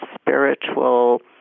spiritual